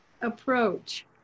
approach